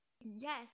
Yes